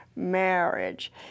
marriage